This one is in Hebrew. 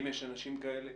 אם יש אנשים כאלה,